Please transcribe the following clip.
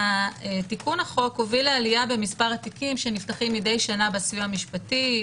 תיקון החוק הוביל לעלייה במספר התיקים שנפתחים מדי שנה בסיוע המשפטי.